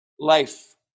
Life